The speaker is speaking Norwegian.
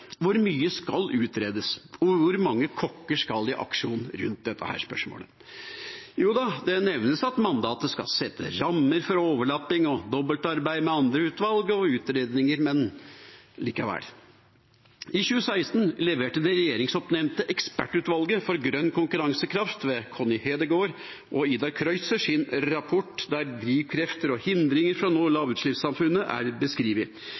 Hvor mye skal utredes, og hvor mange kokker skal i aksjon rundt dette spørsmålet? Jo, det nevnes at mandatet skal sette rammer for overlapping og dobbeltarbeid med andre utvalg og utredninger – men, likevel. I 2016 leverte det regjeringsoppnevnte ekspertutvalget for grønn konkurransekraft ved Connie Hedegaard og Idar Kreutzer sin rapport der drivkrefter og hindringer for å nå lavutslippssamfunnet er beskrevet